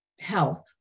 health